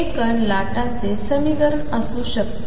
हे कण लाटांचे समीकरण असू शकते